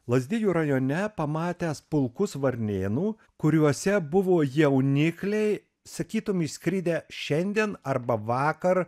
lazdijų rajone pamatęs pulkus varnėnų kuriuose buvo jaunikliai sakytum išskridę šiandien arba vakar